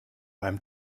beim